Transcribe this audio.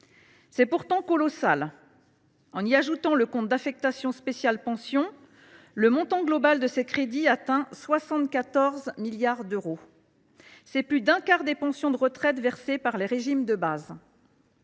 est pourtant colossal : en y ajoutant le compte d’affectation spéciale « Pensions », le montant global de ces crédits atteint 74 milliards d’euros. C’est plus d’un quart des pensions de retraite versées par les régimes de base.